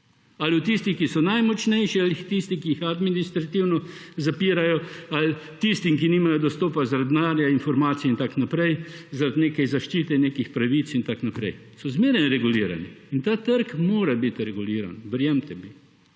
ali od tistih, ki so najmočnejši, ali od tistih, ki jih administrativno zapirajo tistim, ki nimajo dostopa zaradi denarja, informacij in tako naprej. Zaradi neke zaščite nekih pravic in tako naprej so zmeraj regulirani. In ta trg mora biti reguliran, verjemite mi.